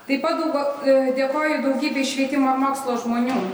taip pat daugo dėkoju daugybei švietimo mokslo žmonių